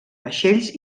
vaixells